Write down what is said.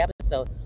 episode